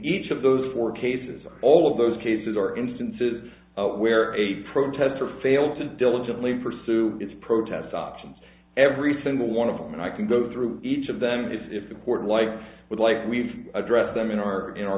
each of those four cases are all those cases are instances where a protester failed to diligently pursue its protest options every single one of them and i can go through each of them if important like would like we've addressed them in our in our